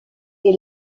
est